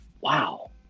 wow